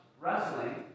wrestling